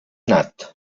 nat